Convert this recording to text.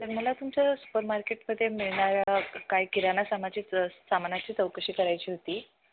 तर मला तुमच्या सुपर मार्केटमध्ये मिळणाऱ्या काय किराणा सामानाची च सामानाची चौकशी करायची होती